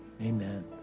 Amen